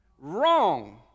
Wrong